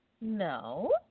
No